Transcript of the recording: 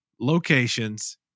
locations